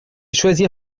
choisir